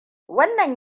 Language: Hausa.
wannan